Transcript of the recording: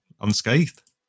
unscathed